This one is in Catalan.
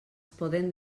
poden